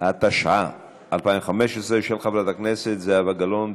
התשע"ה 2015, של חברת הכנסת זהבה גלאון.